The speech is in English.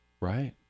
right